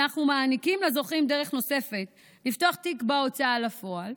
אנחנו מעניקים לזוכים דרך נוספת לפתוח תיק בהוצאה לפועל,